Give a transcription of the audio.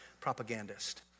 propagandist